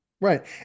Right